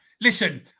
Listen